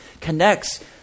connects